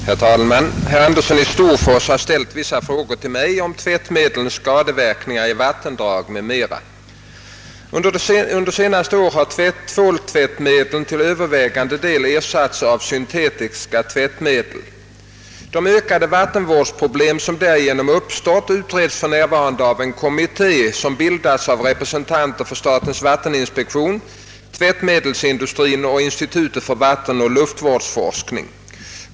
Herr talman! Herr Andersson i Storfors har ställt vissa frågor till mig om tvättmedlens skadeverkningar i vattendragen, m.m. Under senare år har tvåltvättmedlen till övervägande del ersatts av syntetiska tvättmedel. De ökade vattenvårdsproblem, som härigenom uppstått, utreds för närvarande av en kommitté, som bildats av representanter för statens vatteninspektion, tvättmedelsindustrin och Institutet för vattenoch luftvårdsforskning.